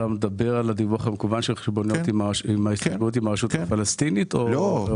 אתה מדבר על הדיווח המקוון של חשבוניות עם הרשות הפלסטינית או לא?